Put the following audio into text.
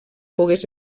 pogués